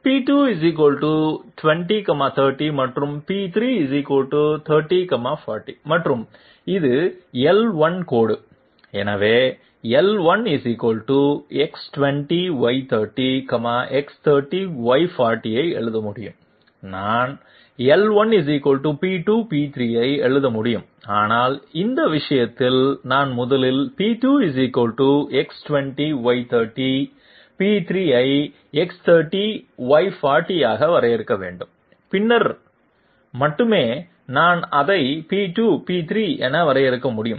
P2 20 30 மற்றும் p3 30 40 மற்றும் இது l1 கோடு எனவே நான் l1 X20Y30 X30Y40 ஐ எழுத முடியும் நான் l1 p2 p3 ஐ எழுத முடியும் ஆனால் அந்த விஷயத்தில் நான் முதலில் p2 X20Y30 p3 ஐ x30y40 ஆக வரையறுக்க வேண்டும் பின்னர் மட்டுமே நான் அதை p2 p3 என வரையறுக்க முடியும்